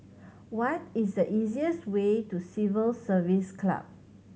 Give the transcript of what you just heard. what is the easiest way to Civil Service Club